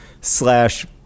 slash